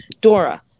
Dora